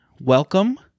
welcome